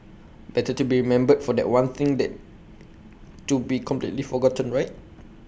better to be remembered for that one thing than to be completely forgotten right